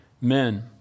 men